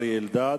אריה אלדד.